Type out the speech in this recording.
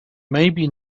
maybe